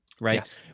right